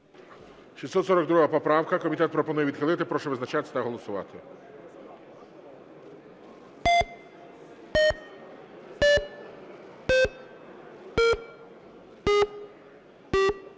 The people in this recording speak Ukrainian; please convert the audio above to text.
642 поправка. Комітет пропонує відхилити. Прошу визначатись та голосувати. 13:25:32